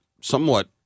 somewhat